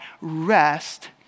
rest